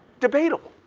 debatable.